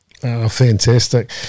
fantastic